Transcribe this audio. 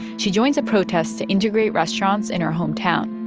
she joins a protest to integrate restaurants in her hometown.